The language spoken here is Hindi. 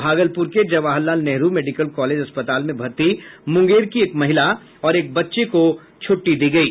भागलपुर के जवाहर लाल नेहरू मेडिकल कॉलेज अस्पताल में भर्ती मूंगेर की एक महिला और एक बच्चे को छूटटी दी गयी